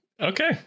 okay